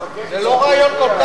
זה לא רעיון כל כך גרוע.